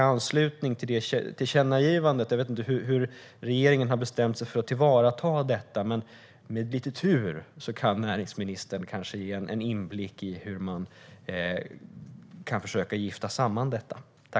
Jag vet inte hur regeringen har bestämt sig för att tillvarata detta, men om jag har lite tur kan näringsministern kanske ge en inblick i hur man kan försöka gifta samman detta.